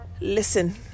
Listen